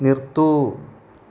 നിർത്തൂ